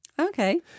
okay